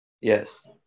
Yes